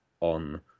on